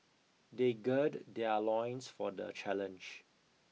they gird their loins for the challenge